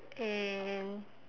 and